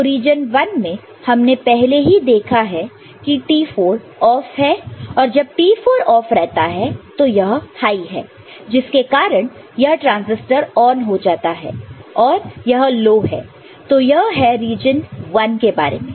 तो reason I मैं हमने पहले ही देखा है की T4 ऑफ है और जब T4 ऑफ रहता है तो यह हाइ high है जिसके कारण यह ट्रांजिस्टर ऑन हो जाता है और यह लो हैं तो यह है रीजन I के बारे में